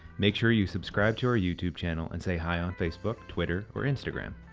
make sure you subscribe to our youtube channel and say hi on facebook, twitter or instagram.